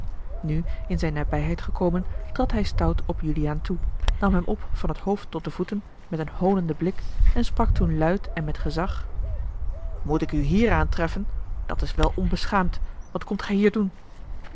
nu in zijne nabijheid gekomen trad hij stout op juliaan toe nam hem op van het hoofd tot de voeten met een hoonenden blik en sprak toen luid en met gezag moet ik u hier aantreffen dat is wel onbeschaamd wat komt gij hier doen